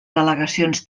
delegacions